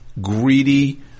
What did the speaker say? greedy